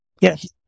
Yes